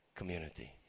community